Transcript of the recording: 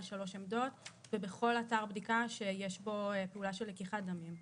שלוש עמדות ובכל אתר בדיקה שיש בו פעולה של לקיחת דמים,